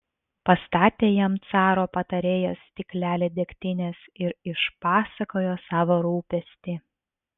pastatė jam caro patarėjas stiklelį degtinės ir išpasakojo savo rūpestį